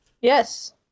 Yes